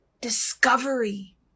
discovery